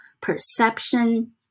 perception